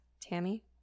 tammy